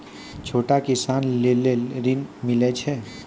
छोटा किसान लेल ॠन मिलय छै?